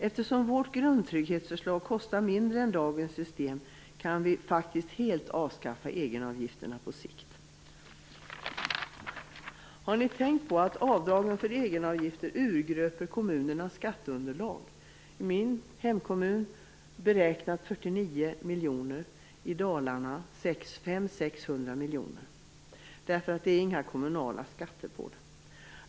Eftersom vårt grundtrygghetsförslag kostar mindre än dagens system, kan egenavgifterna helt avskaffas på sikt. Har ni tänkt på att avdragen för egenavgifter urgröper kommunernas skatteunderlag? I min hemkommun är de beräknade till 49 miljoner kronor och i Dalarna till 500-600 miljoner kronor, eftersom det inte är några kommunala skatter på dem.